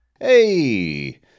Hey